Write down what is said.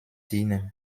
dienen